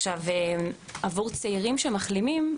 עבור צעירים שמחלימים,